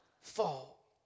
fall